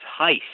heist